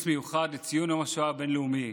מיוחד לציון יום השואה הבין-לאומי.